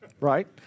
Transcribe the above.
right